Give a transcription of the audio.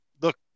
look